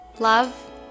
love